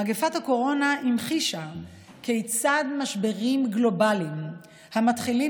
מגפת הקורונה המחישה כיצד משברים גלובליים המתחילים